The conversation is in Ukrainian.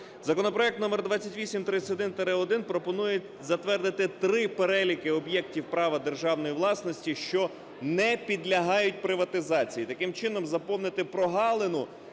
Законопроект № 2831-1 пропонує затвердити три переліки об'єктів права державної власності, що не підлягають приватизації. Таким чином заповнити прогалину,